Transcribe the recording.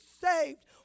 saved